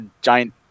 giant